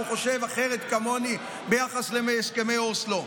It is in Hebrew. שהוא חושב אחרת כמוני ביחס להסכמי אוסלו.